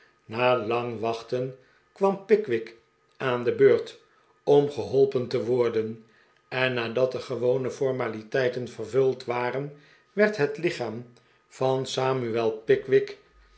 na lang wachten kwam pickwick aan de beurt om geholpen te worden en nadat de gewone formaliteiten vervuld wafen werd het lichaam van samuel pickwick